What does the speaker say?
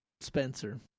spencer